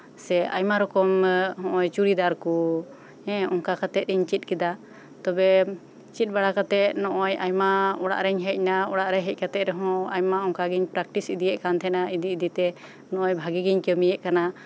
ᱥᱮ ᱟᱭᱢᱟ ᱨᱚᱠᱚᱢ ᱪᱩᱲᱤᱫᱟᱨ ᱠᱚ ᱦᱮᱸ ᱚᱱᱠᱟ ᱠᱟᱛᱮᱜ ᱤᱧ ᱪᱮᱫ ᱠᱮᱫᱟ ᱛᱚᱵᱮ ᱪᱮᱫ ᱵᱟᱲᱟ ᱠᱟᱛᱮᱜ ᱱᱚᱜᱼᱚᱭ ᱟᱭᱢᱟ ᱚᱲᱟᱜᱨᱮᱧ ᱦᱮᱡ ᱱᱟ ᱚᱲᱟᱜ ᱨᱮ ᱦᱮᱡ ᱠᱟᱥᱛᱮᱜ ᱨᱮᱦᱚᱸ ᱟᱭᱢᱟ ᱚᱱᱠᱟ ᱜᱤᱧ ᱯᱨᱮᱠᱴᱤᱥ ᱤᱫᱤᱭᱮᱜ ᱠᱟᱱ ᱛᱟᱸᱦᱮᱱᱟ ᱤᱫᱤ ᱤᱫᱤᱛᱮ ᱱᱚᱜ ᱚᱯᱭ ᱵᱷᱟᱜᱮ ᱜᱤᱧ ᱠᱟᱹᱢᱤᱭᱮᱜ ᱠᱟᱱᱟ